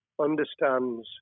understands